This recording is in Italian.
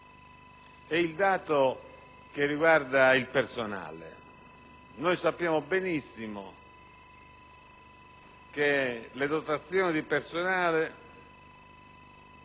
è il dato che riguarda il personale. Sappiamo benissimo che le dotazioni di personale